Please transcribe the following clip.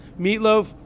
Meatloaf